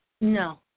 No